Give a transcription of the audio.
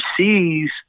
overseas